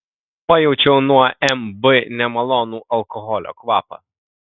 pajaučiau nuo mb nemalonų alkoholio kvapą